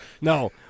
No